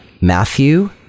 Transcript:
Matthew